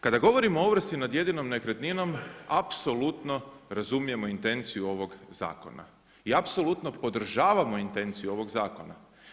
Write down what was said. Kada govorimo o ovrsi nad jedinom nekretninom, apsolutno razumijemo intenciju ovog zakona i apsolutno podržavamo intenciju ovog zakona.